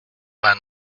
vingt